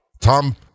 Tom